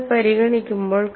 നിങ്ങൾ പരിഗണിക്കുമ്പോൾ